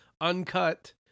uncut